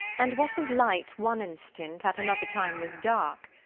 and what was light one instant, at another time was dark,